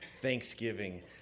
Thanksgiving